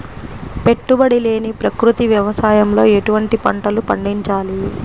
పెట్టుబడి లేని ప్రకృతి వ్యవసాయంలో ఎటువంటి పంటలు పండించాలి?